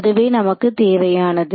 அதுவே நமக்கு தேவையானது